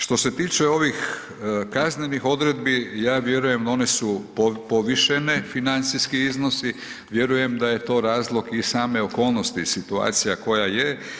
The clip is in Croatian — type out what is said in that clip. Što se tiče ovih kaznenih odredbi ja vjerujem one su povišene, financijski iznosi, vjerujem da je to razlog i same okolnosti i situacija koja je.